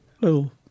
little